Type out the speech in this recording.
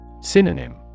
Synonym